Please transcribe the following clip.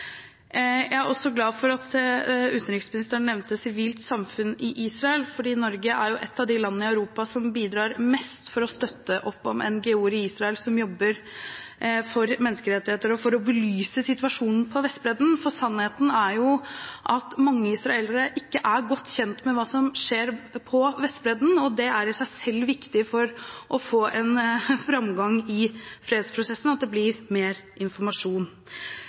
Jeg er også glad for at utenriksministeren nevnte sivilt samfunn i Israel, for Norge er et av de landene i Europa som bidrar mest for å støtte opp om NGO-er i Israel som jobber for menneskerettigheter og for å belyse situasjonen på Vestbredden. Sannheten er at mange israelere ikke er godt kjent med hva som skjer på Vestbredden, og det er i seg selv viktig for å få en framgang i fredsprosessen at det blir mer informasjon.